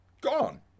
gone